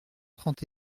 trente